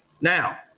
Now